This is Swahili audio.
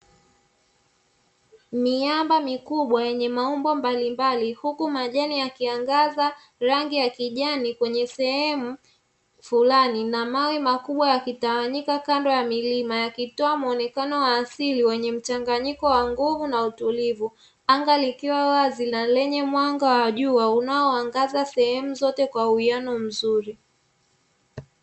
Miamba mikubwa yenye maumbo mbalimbali huku majani ya kiangaza rangi ya kijani kwenye sehemu fulani na mawe makubwa, yakitawanyika kando ya milima yakitoa muonekano wa asili wenye mchanganyiko wa nguvu na utulivu, anga likiwa wazi na lenye mwanga wa jua unaoangaza sehemu zote kwa uwiano mzuri.